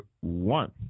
one